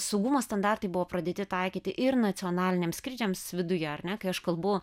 saugumo standartai buvo pradėti taikyti ir nacionaliniams skrydžiams viduje ar ne kai aš kalbu